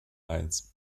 eins